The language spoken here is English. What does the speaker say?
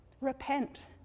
repent